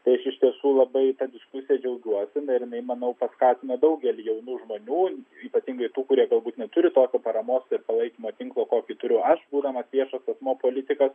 tai aš iš tiesų labai ta diskusija džiaugiuosi ir jinai manau paskatina daugelį jaunų vadų ypatingai tų kurie galbūt neturi tokio paramos ir palaikymo tinklo kokį turiu aš būdamas viešas politikas